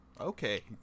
Okay